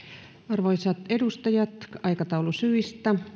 arvoisat edustajat aikataulusyistä